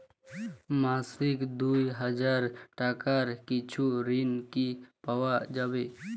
মাসিক দুই হাজার টাকার কিছু ঋণ কি পাওয়া যাবে?